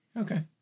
Okay